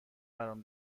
برام